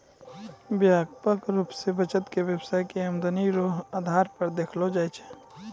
व्यापक रूप से बचत के व्यवसाय के आमदनी रो आधार पर देखलो जाय छै